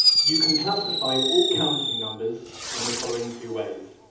you can classify all counting numbers in the following two ways